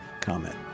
comment